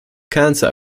cancer